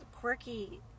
quirky